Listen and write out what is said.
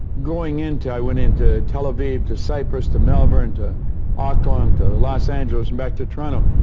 going in to, i went into tel aviv, to cyprus, to melbourne, to auckland, to los angeles, and back to toronto,